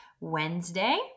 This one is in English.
Wednesday